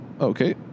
Okay